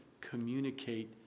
communicate